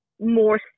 more